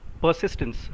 Persistence